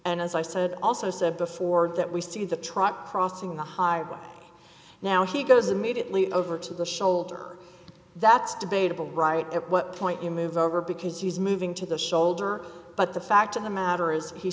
and as i said also said before that we see the truck crossing the highway now he goes immediately over to the shoulder that's debatable right at what point you move over because he's moving to the shoulder but the fact of the matter is he